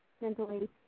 mentally